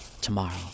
tomorrow